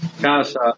casa